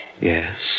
Yes